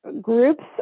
groups